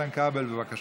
איתן כבל, בבקשה.